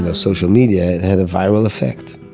ah social media, it had a viral effect.